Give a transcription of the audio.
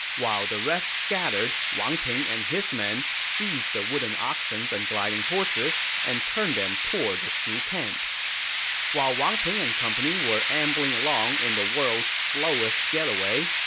while the rest scattered, wang ping and his men seized the wooden oxens and gliding horses and turned them toward the shu camp while wang ping and company were ambling along in the world's slowest getaway,